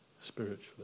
spiritually